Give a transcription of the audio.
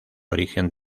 origen